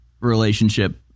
relationship